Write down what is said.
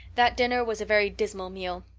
that dinner was a very dismal meal.